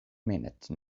minute